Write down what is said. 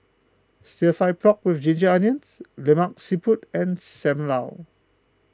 Stir Fry Pork with Ginger Onions Lemak Siput and Sam Lau